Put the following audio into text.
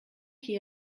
qui